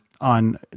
on